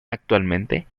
actualmente